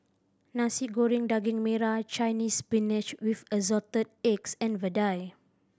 Nasi Goreng Daging Merah Chinese Spinach with Assorted Eggs and vadai